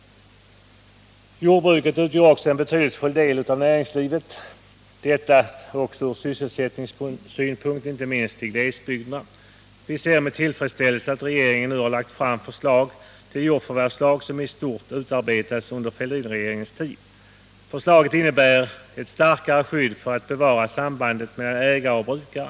Jordbruket utgör också en betydelsefull del av näringslivet och spelar en stor roll från sysselsättningssynpunkt inte minst i glesbygderna. Vi ser därför med tillfredsställelse att regeringen nu lagt fram det förslag till jordförvärvslag som i stort utarbetades under Fälldinregeringens tid. Förslaget innebär att vi får ett starkare skydd än hittills för att bevara sambandet ägarebrukare.